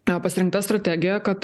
na pasirinkta strategija kad